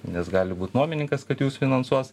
nes gali būt nuomininkas kad jus finansuos